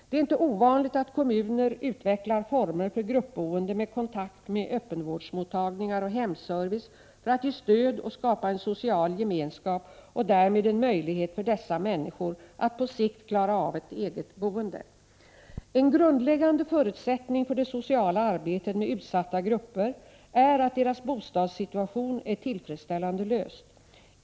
Det är inte ovanligt att kommuner utvecklar former för gruppboende med kontakt med öppenvårdsmottagningar och hemservice för att ge stöd och skapa en social gemenskap och därmed en möjlighet för dessa människor att på sikt klara av ett eget boende. En grundläggande förutsättning för det sociala arbetet med utsatta grupper är att deras bostadssituation är tillfredsställande löst.